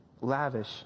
Lavish